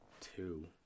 two